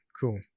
Cool